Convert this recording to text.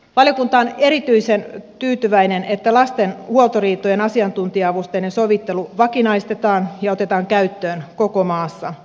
valiokunta on erityisen tyytyväinen että lasten huoltoriitojen asiantuntija avusteinen sovittelu vakinaistetaan ja otetaan käyttöön koko maassa